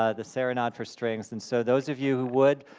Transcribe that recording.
ah the serenade for strings, and so those of you who would,